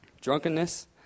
Drunkenness